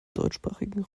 deutschsprachigen